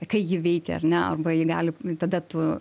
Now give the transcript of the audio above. kai ji veikia ar ne arba ji gali tada tu